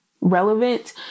relevant